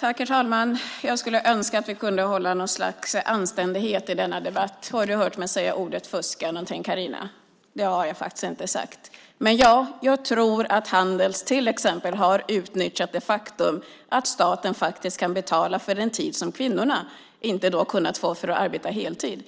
Herr talman! Jag skulle önska att vi kunde hålla något slags anständighet i denna debatt. Har du hört mig säga ordet fuska, Carina? Det har jag faktiskt inte sagt. Men jag tror att Handels till exempel har utnyttjat det faktum att staten kan betala för den tid som kvinnorna inte har kunnat få för att arbeta heltid.